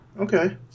Okay